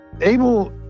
abel